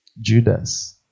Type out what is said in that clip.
Judas